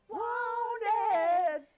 wanted